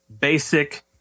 basic